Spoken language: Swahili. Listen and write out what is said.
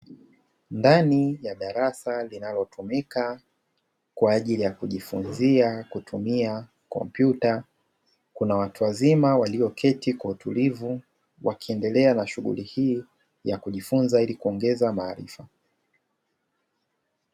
Ndani ya darasa linalotumika kwa ajili ya kujifunzia kutumia kompyuta, kuna watu wazima walioketi kwa utulivu wakiendelea na shughuli hii ya kujifunza ili kuongeza maarifa.